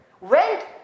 went